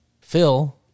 Phil